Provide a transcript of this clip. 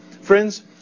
Friends